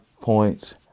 points